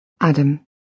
adam